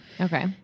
Okay